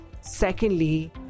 secondly